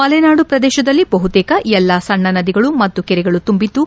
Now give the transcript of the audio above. ಮಲೆನಾಡು ಪ್ರದೇಶದಲ್ಲಿ ಬಹುತೇಕ ಎಲ್ಲಾ ಸಣ್ಣ ನದಿಗಳು ಮತ್ತು ಕೆರೆಗಳು ತುಂಬಿದ್ದು